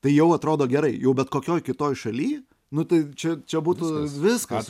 tai jau atrodo gerai jau bet kokioj kitoj šaly nu tai čia čia būtų viskas